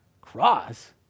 Cross